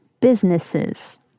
businesses